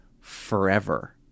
forever